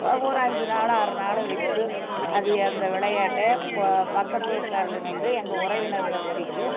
ஒரு அஞ்சு நாள் ஆறு நாள் வச்சு அது அந்த விளையாட்டை இப்போது பக்கத்து ஊர்க்காரர்லிருந்து எங்கள் உறவினர்கள் வரைக்கும்